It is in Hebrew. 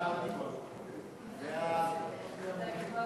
סעיפים 1